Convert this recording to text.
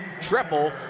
triple